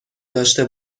داشته